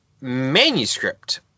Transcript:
manuscript